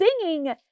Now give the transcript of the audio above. singing